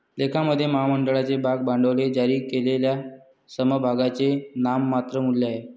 लेखामध्ये, महामंडळाचे भाग भांडवल हे जारी केलेल्या समभागांचे नाममात्र मूल्य आहे